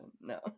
No